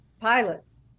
pilots